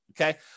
Okay